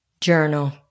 journal